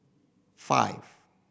five